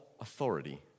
authority